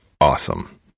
awesome